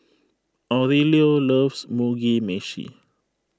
Aurelio loves Mugi Meshi